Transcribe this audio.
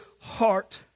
heart